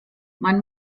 man